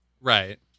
Right